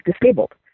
disabled